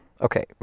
okay